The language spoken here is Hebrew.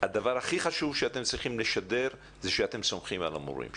הדבר הכי חשוב שאתם צריכים לשדר - זה שאתם סומכים על המורים שלכם.